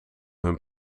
hun